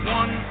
one